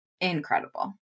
incredible